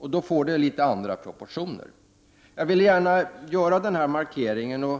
Då blir det litet andra proportioner. Jag vill gärna göra den här markeringen.